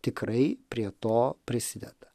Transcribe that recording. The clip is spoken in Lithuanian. tikrai prie to prisideda